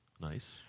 Nice